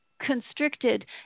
constricted